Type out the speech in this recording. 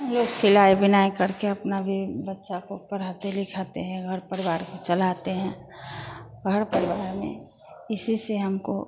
हम लोग सिलाई बुनाई करके अपना यह बच्चा को पढ़ाते लिखाते हैं घर परिवार को चलाते हैं घर परिवार में इसी से हमको